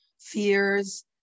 fears